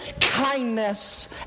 kindness